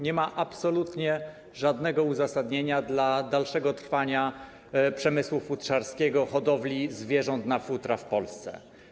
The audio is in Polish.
Nie ma absolutnie żadnego uzasadnienia dla dalszego trwania przemysłu futrzarskiego, hodowli zwierząt na futra w Polsce.